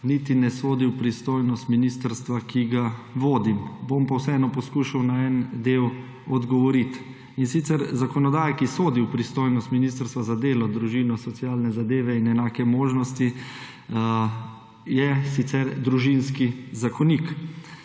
niti ne sodi v pristojnost ministrstva, ki ga vodim. Bom pa vseeno poskušal na en del odgovoriti. Zakonodaja, ki sodi v pristojnost Ministrstva za delo, družino, socialne zadeve in enake možnosti, je sicer Družinski zakonik.